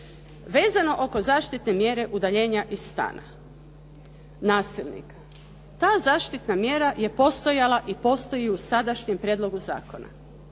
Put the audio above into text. Vezano oko zaštitne mjere udaljenja iz stana. Nasilnik. Ta zaštitna mjera je postojala i postoji u sadašnjem prijedlogu zakona,